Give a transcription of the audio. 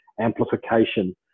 amplification